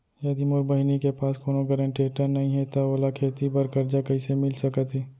यदि मोर बहिनी के पास कोनो गरेंटेटर नई हे त ओला खेती बर कर्जा कईसे मिल सकत हे?